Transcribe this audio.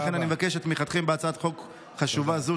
ולכן אני מבקש את תמיכתם בהצעת חוק חשובה זו.